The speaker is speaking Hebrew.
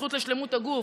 הזכות לשלמות הגוף,